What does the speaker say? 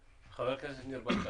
ח"כ ניר ברקת